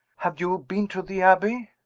have you been to the abbey?